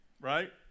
right